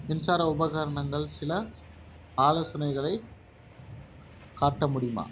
மின்சார உபகரணங்கள் சில ஆலோசனைகளைக் காட்ட முடியுமா